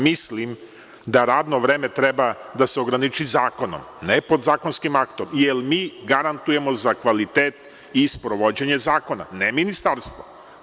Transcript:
Mislim da radno vreme treba da se ograniči zakonom, ne podzakonskim aktom jer mi garantujemo za kvalitet i sprovođenje zakona, ne ministarstvo.